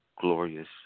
glorious